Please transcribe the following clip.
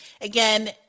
Again